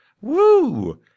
Woo